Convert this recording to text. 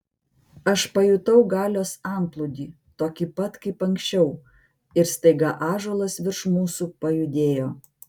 aš pajutau galios antplūdį tokį pat kaip anksčiau ir staiga ąžuolas virš mūsų pajudėjo